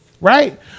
Right